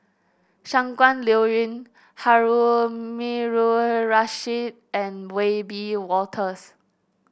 Shangguan Liuyun Harun and Wiebe Wolters